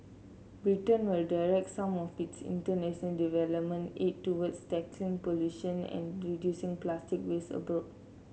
Britain will direct some of its internation development aid towards tackling pollution and reducing plastic waste abroad